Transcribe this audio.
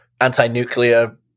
anti-nuclear